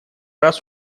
раз